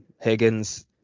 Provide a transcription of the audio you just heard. Higgins